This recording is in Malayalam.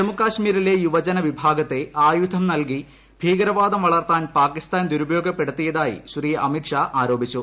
ജമ്മുകാശ്മീരീലെ യുവജനവിഭാഗത്തെ ആയുധം നൽകി ഭീകരവാദം വളർത്താൻ പാകിസ്ഥാൻ ദുരുപയോഗപ്പെടുത്തിയതായി ശ്രീ അമിത്ഷാ ആരോപിച്ചു